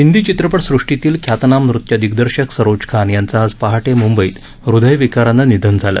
हिंदी चित्रपट सृष्टीतील ख्यातनाम नृत्य दिग्दर्शक सरोज खान यांचं आज पहाटे मुंबईत हृदय विकारानं निधन झालं